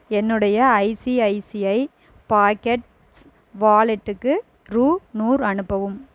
என்னுடைய ICICI pockets வாலெட்டுக்கு ரூ நூறு அனுப்பவும்